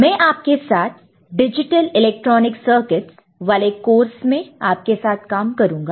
मैं आपके साथ डिजिटल इलेक्ट्रॉनिक सर्किटस वाले कोर्स में आपके साथ काम करूंगा